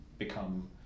Become